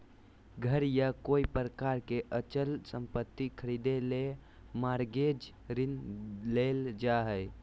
घर या कोय प्रकार के अचल संपत्ति खरीदे ले मॉरगेज ऋण लेल जा हय